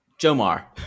Jomar